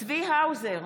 צבי האוזר,